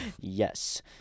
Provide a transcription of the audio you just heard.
Yes